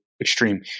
extreme